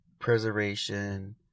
preservation